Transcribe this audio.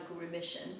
remission